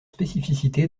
spécificité